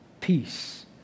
peace